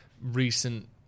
recent